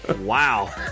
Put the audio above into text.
Wow